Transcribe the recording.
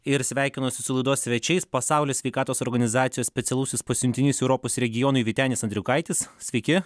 ir sveikinuosi su laidos svečiais pasaulio sveikatos organizacijos specialusis pasiuntinys europos regionui vytenis andriukaitis sveiki